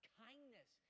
kindness